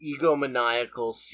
egomaniacal